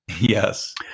Yes